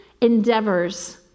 endeavors